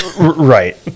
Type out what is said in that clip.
right